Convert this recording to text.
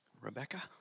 Rebecca